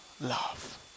Love